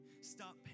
stop